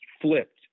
flipped